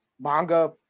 manga